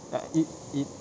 like it it